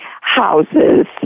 houses